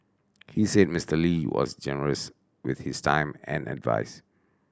he said Mister Lee was generous with his time and advise